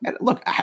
look